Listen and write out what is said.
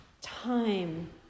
time